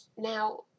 Now